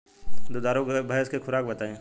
दुधारू भैंस के खुराक बताई?